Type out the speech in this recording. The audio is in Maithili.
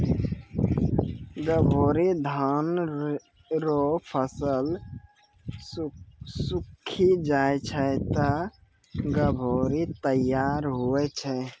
गभोरी धान रो फसल सुक्खी जाय छै ते गभोरी तैयार हुवै छै